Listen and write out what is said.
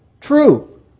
true